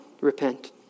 repent